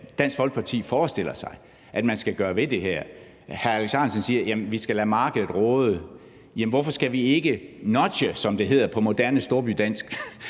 Dansk Folkeparti forestiller sig at man skal gøre ved det her? Hr. Alex Ahrendtsen siger, at vi skal lade markedet råde. Jamen hvorfor skal vi ikke nudge, som det hedder på moderne storbydansk?